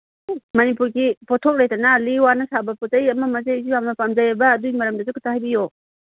ꯃꯅꯤꯄꯨꯔꯒꯤ ꯄꯣꯊꯣꯛ ꯂꯩꯗꯅ ꯂꯤ ꯋꯥꯅ ꯁꯥꯕ ꯄꯣꯠꯆꯩ ꯑꯃꯃꯁꯦ ꯑꯩꯁꯨ ꯌꯥꯝꯟ ꯄꯥꯝꯖꯩꯌꯦꯕ ꯑꯗꯨꯏ ꯃꯔꯝꯗꯁꯨ ꯈꯤꯇꯪ ꯍꯥꯏꯕꯤꯌꯨ